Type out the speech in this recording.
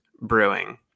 brewing